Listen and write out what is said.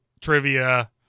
trivia